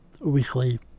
weekly